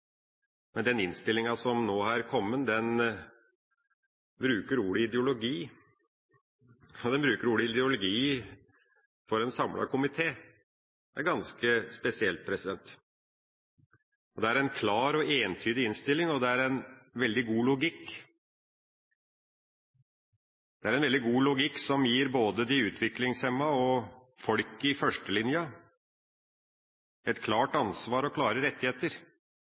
men den innstillinga som nå er kommet, bruker ordet «ideologi». Ja, den bruker ordet «ideologi» for en samlet komité – det er ganske spesielt. Det er en klar og entydig innstilling, og det er en veldig god logikk. Det er en veldig god logikk som gir både de utviklingshemmede og folk i førstelinja et klart ansvar og klare rettigheter.